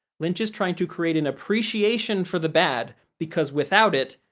lynch is trying to create an appreciation for the bad, because without it,